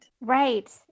Right